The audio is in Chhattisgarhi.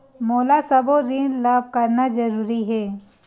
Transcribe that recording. मोला सबो ऋण ला करना जरूरी हे?